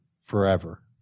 forever